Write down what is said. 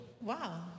Wow